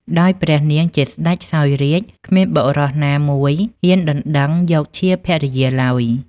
ដោយព្រះនាងជាសេ្តចសោយរាជ្យ គ្មានបុរសណាមួយហ៊ានដណ្តឹងយកជាភរិយាឡើយ។